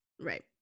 Right